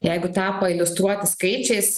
jeigu tą pailiustruoti skaičiais